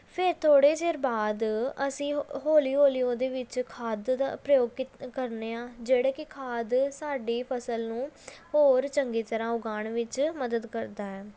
ਫਿਰ ਥੋੜ੍ਹੇ ਚਿਰ ਬਾਅਦ ਅਸੀਂ ਹੌਲੀ ਹੌਲੀ ਉਹਦੇ ਵਿੱਚ ਖਾਦ ਦਾ ਪ੍ਰਯੋਗ ਕੀਤਾ ਕਰਦੇ ਹਾਂ ਜਿਹੜੀ ਕਿ ਖਾਦ ਸਾਡੀ ਫ਼ਸਲ ਨੂੰ ਹੋਰ ਚੰਗੀ ਤਰ੍ਹਾਂ ਉਗਾਉਣ ਵਿੱਚ ਮਦਦ ਕਰਦੀ ਹੈ